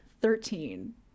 Thirteen